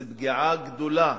זו פגיעה גדולה.